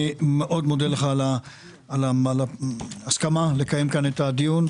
אני מאוד מודה לך שהסכמת לבקשתי לקיים כאן את הדיון.